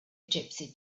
gypsy